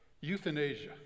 Euthanasia